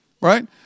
right